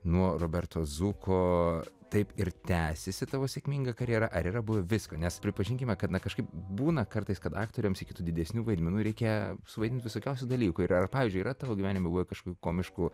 nuo roberto zuko taip ir tęsiasi tavo sėkminga karjera ar yra buvę visko nes pripažinkime kad na kažkaip būna kartais kad aktoriams iki tų didesnių vaidmenų reikia suvaidint visokiausių dalykų yra ar pavyzdžiui yra tavo gyvenime buvo kažkokių komiškų